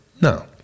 No